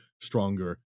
stronger